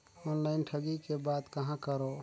Online ठगी के बाद कहां करों?